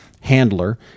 handler